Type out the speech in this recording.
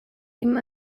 dem